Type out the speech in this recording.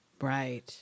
Right